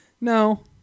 No